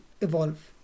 evolve